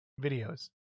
videos